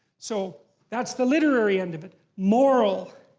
so that's the literary end of it. moral.